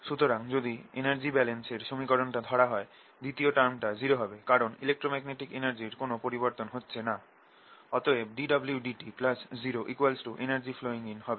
সুতরাং যদি energy balance এর সমীকরণটা ধরা হয় দ্বিতীয় টার্ম টা 0 হবে কারণ ইলেক্ট্রোম্যাগনেটিক এনার্জির কোন পরিবর্তন হচ্ছে না অতএব dwdt 0energy flowing in হবে